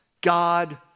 God